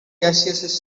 gaseous